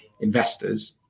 investors